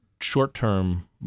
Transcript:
short-term